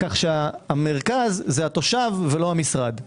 המרכז זה התושב ולא המשרד.